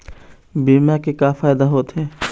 बीमा के का फायदा होते?